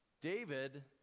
David